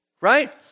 Right